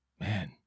Man